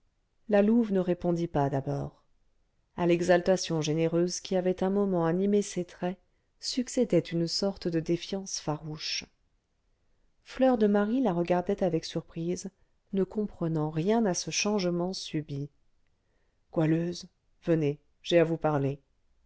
la louve ne répondit pas d'abord à l'exaltation généreuse qui avait un moment animé ses traits succédait une sorte de défiance farouche fleur de marie la regardait avec surprise ne comprenant rien à ce changement subit goualeuse venez j'ai à vous parler